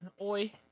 oi